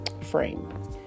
frame